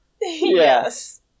Yes